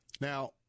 Now